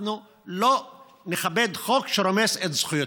אנחנו לא נכבד חוק שרומס את זכויותינו.